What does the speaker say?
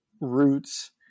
roots